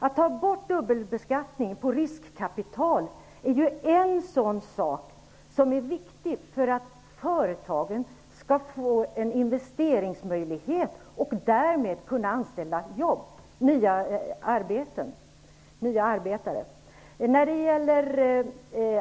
Att ta bort dubbelbeskattning på riskkapital är ju en viktig sak för att företagen skall få en investeringsmöjlighet och därmed kunna göra nyanställningar.